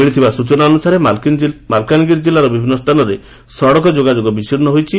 ମିଳିଥିବା ସୂଚନା ଅନୁସାରେ ମାଲକାନଗିରି ଜିଲ୍ଲାର ବିଭିନ୍ନ ସ୍ଥାନରେ ସଡ଼କ ଯୋଗାଯୋଗ ବିଚ୍ଛିନ୍ନ ହୋଇଛି